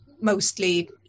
mostly